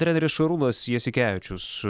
treneris šarūnas jasikevičius